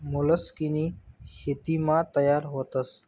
मोलस्कनी शेतीमा तयार व्हतस